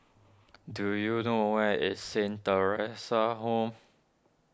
do you know where is Saint theresa's Home